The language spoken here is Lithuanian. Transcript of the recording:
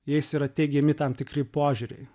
jais yra teigiami tam tikri požiūriai